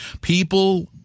People